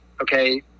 okay